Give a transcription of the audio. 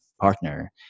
partner